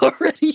already